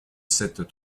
sept